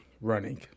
running